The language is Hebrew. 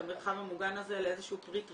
המרחב המוגן הזה לאיזה שהוא פריט רישוי,